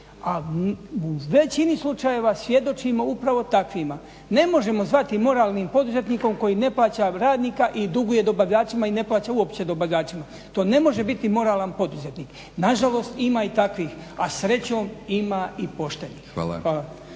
a u većini slučajeva svjedočimo upravo takvima. Ne možemo zvati moralnim poduzetnikom koji ne plaća radnika i duguje dobavljačima i ne plaća uopće dobavljačima, to ne može biti moralan poduzetnik. Nažalost ima i takvih, a srećom ima i poštenih.